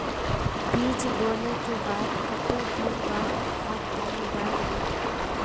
बीज बोले के बाद केते दिन बाद खाद पानी दाल वे?